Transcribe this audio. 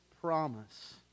promise